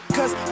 Cause